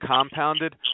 compounded